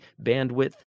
bandwidth